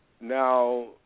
Now